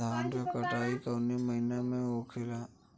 धान क कटाई कवने महीना में होखेला?